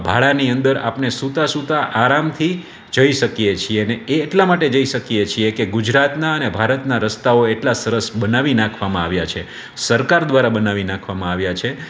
ભાડાની અંદર આપણે સૂતા સૂતા આરામથી જઈ શકીએ છીએ અને એ એટલા માટે જઈ શકીએ છીએ કે ગુજરાતનાં ને ભારતના રસ્તાઓ એટલા સરસ બનાવી નાખવામાં આવ્યા છે સરકાર દ્વારા બનાવી નાખવામાં આવ્યા છે